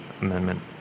amendment